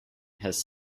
has